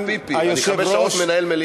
אני רוצה הפסקת פיפי, אני חמש שעות מנהל מליאה.